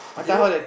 you know